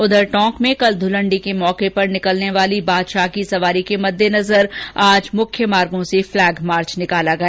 उधर टोंक में कल धुलंडी के अवसर पर निकलने वाली बादशाह की सवारी के मद्देनजर आज मुख्य मार्गो से फ्लैग मार्च निकाला गया